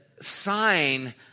sign